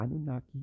Anunnaki